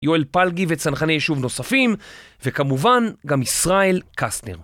יואל פלגי וצנחני יישוב נוספים וכמובן גם ישראל קסנר